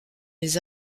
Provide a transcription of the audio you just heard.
les